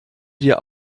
dir